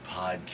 podcast